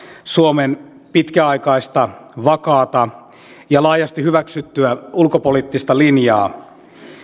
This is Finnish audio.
suomen pitkäaikaista vakaata ja laajasti hyväksyttyä ulkopoliittista linjaa